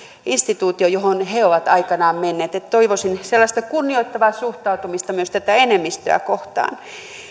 instituutio johon he ovat aikanaan menneet niin että toivoisin sellaista kunnioittavaa suhtautumista myös tätä enemmistöä kohtaan